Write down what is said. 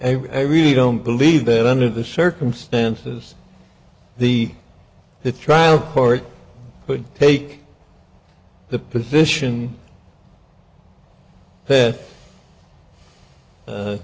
no i really don't believe that under the circumstances the the trial court would take the position that